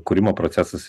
kūrimo procesas